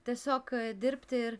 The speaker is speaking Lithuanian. tiesiog dirbti ir